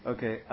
Okay